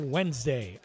Wednesday